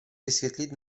vysvětlit